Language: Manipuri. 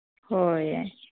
ꯍꯣꯏ